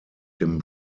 dem